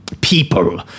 people